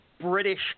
British